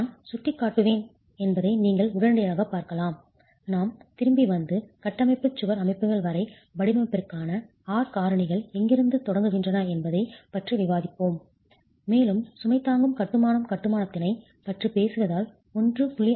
நான் சுட்டிக் காட்டுவேன் என்பதை நீங்கள் உடனடியாகப் பார்க்கலாம் நாம் திரும்பி வந்து கட்டமைப்புச் சுவர் அமைப்புகள் வரை வடிவமைப்பிற்கான R காரணிகள் எங்கிருந்து தொடங்குகின்றன என்பதைப் பற்றி விவாதிப்போம் மேலும் சுமை தாங்கும் கட்டுமானம் கட்டுமானத்தினைப் பற்றி பேசுவதால் 1